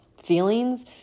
feelings